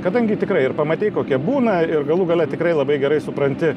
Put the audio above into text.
kadangi tikrai ir pamatei kokie būna ir ir galų gale tikrai labai gerai supranti